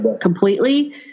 completely